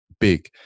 big